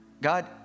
God